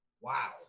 Wow